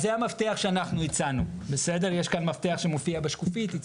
זה המפתח שאנחנו הצענו, שמופיע בשקופית.